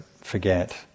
forget